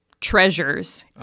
treasures